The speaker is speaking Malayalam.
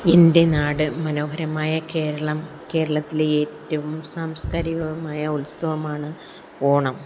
എൻ്റെ നാട് മനോഹരമായ കേരളം കേരളത്തിലെ ഏറ്റവും സാംസ്ക്കാരികവുമായ ഉത്സവമാണ് ഓണം